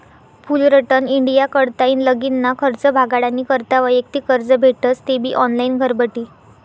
Fullerton India कडताईन लगीनना खर्च भागाडानी करता वैयक्तिक कर्ज भेटस तेबी ऑनलाईन घरबठी